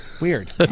Weird